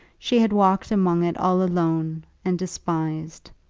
she had walked among it all alone, and despised.